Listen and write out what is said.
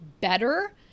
better